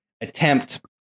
attempt